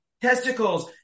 Testicles